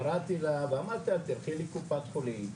קראתי לה ואמרתי לה, תלכי לקופת חולים,